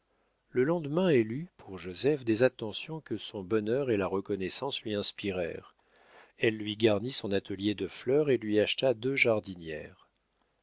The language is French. le lendemain elle eut pour joseph des attentions que son bonheur et la reconnaissance lui inspirèrent elle lui garnit son atelier de fleurs et lui acheta deux jardinières